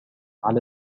على